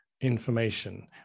information